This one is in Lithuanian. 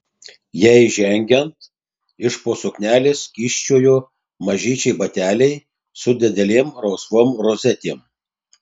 jai žengiant iš po suknelės kyščiojo mažyčiai bateliai su didelėm rausvom rozetėm